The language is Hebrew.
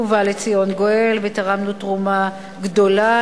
ובא לציון גואל ותרמנו תרומה גדולה,